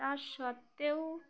তা সত্ত্বেও